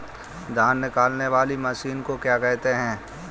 धान निकालने वाली मशीन को क्या कहते हैं?